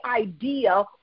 idea